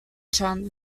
chan